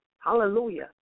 hallelujah